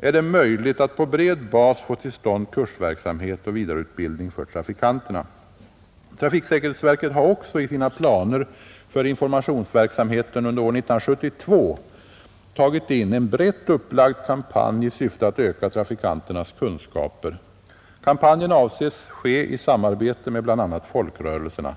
är det möjligt att på bred bas få till stånd kursverksamhet och vidareutbildning för trafikanterna. Trafiksäkerhetsverket har också i sina planer för informationsverksamheten under år 1972 tagit in en brett upplagd kampanj i syfte att öka trafikanternas kunskaper. Kampanjen avses ske i samarbete med bl.a. folkrörelserna.